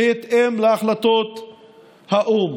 בהתאם להחלטות האו"ם.